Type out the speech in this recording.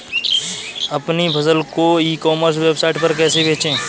अपनी फसल को ई कॉमर्स वेबसाइट पर कैसे बेचें?